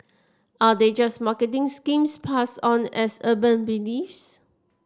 are they just marketing schemes passed on as urban beliefs